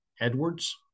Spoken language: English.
Edwards